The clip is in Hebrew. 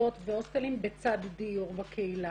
מוסדות והוסטלים בצד דיור בקהילה.